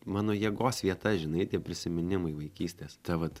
mano jėgos vieta žinai tie prisiminimai vaikystės ta vat